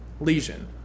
lesion